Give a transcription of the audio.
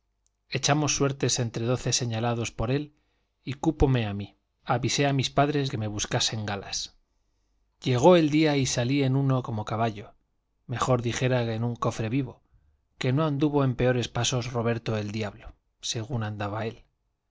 echamos suertes entre doce señalados por él y cúpome a mí avisé a mis padres que me buscasen galas llegó el día y salí en uno como caballo mejor dijera en un cofre vivo que no anduvo en peores pasos roberto el diablo según andaba él